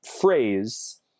phrase